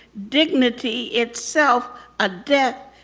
dignity itself a death,